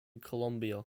colombia